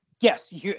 Yes